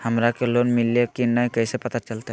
हमरा के लोन मिल्ले की न कैसे पता चलते?